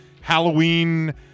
Halloween